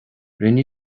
rinne